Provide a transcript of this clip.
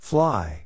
Fly